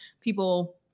people